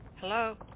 hello